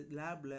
lab